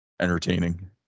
entertaining